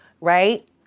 right